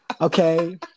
okay